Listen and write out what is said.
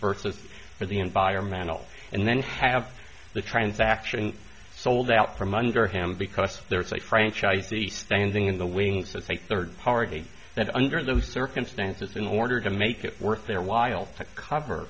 versus for the environmental and then have the transaction sold out from under him because there is a franchise the standing in the wings to take third party that under those circumstances in order to make it worth their while to cover